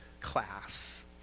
class